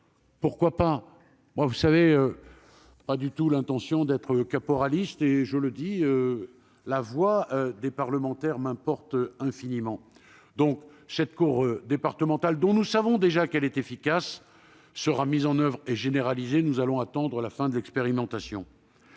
pourquoi pas ? Je n'ai pas du tout l'intention d'être caporaliste, et la voix des parlementaires m'importe infiniment. Pour que cette cour départementale, dont nous savons déjà qu'elle est efficace, soit mise en oeuvre et généralisée, nous allons donc attendre la fin de l'expérimentation.